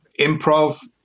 improv